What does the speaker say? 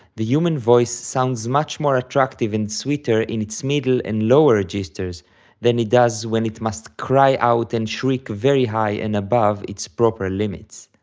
the human voice sounds much more attractive and sweeter in its middle and lower registers than it does when it must cry out and shriek very high and above its proper limits.